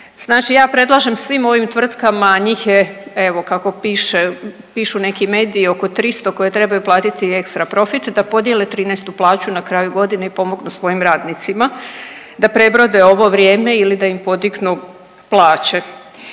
znači ja predlažem svim ovim tvrtkama, njih je evo kako piše, pišu neki mediji oko 300 koji trebaju platiti ekstra profit, da podijele 13. plaću na kraju godine i pomognu svojim radnicima da prebrode ovo vrijeme ili da im podignu plaće.